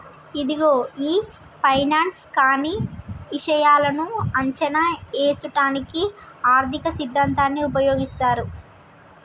ఇదిగో గీ ఫైనాన్స్ కానీ ఇషాయాలను అంచనా ఏసుటానికి ఆర్థిక సిద్ధాంతాన్ని ఉపయోగిస్తారు